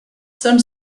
són